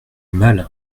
mal